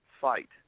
fight